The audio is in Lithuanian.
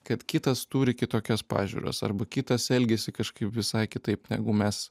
kad kitas turi kitokias pažiūras arba kitas elgiasi kažkaip visai kitaip negu mes